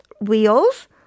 wheels